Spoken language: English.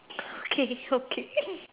okay okay